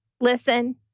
listen